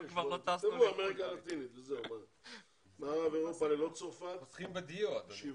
8%, מערב אירופה ללא צרפת 7%,